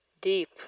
deep